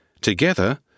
Together